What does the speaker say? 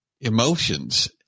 emotions